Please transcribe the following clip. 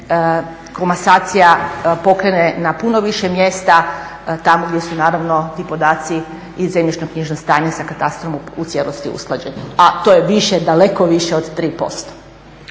komasacija pokrene na puno više mjesta tamo gdje su naravno ti podaci i zemljišno-knjižno stanje sa katastrom u cijelosti usklađeni, a to je više, daleko više od 3%.